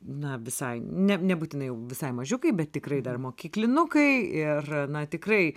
na visai ne nebūtinai jau visai mažiukai bet tikrai dar mokyklinukai ir na tikrai